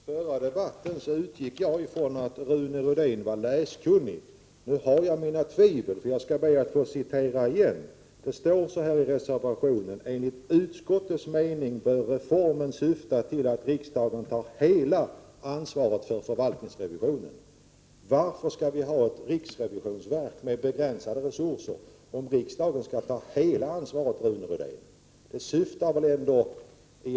Herr talman! I den förra debatten utgick jag från att Rune Rydén var läskunnig. Nu har jag mina tvivel. Jag vill be att återigen få citera. I reservationen står det att ”enligt utskottets mening bör reformen syfta till att riksdagen tar hela ansvaret för förvaltningsrevisionen”. Varför skall vi ha ett riksrevisionsverk med begränsade resurser om riksdagen skall ta hela ansvaret, Rune Rydén?